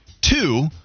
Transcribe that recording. Two